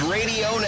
Radio